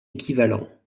équivalents